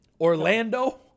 orlando